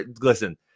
listen